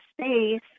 space